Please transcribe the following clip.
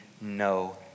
no